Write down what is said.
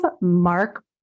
Mark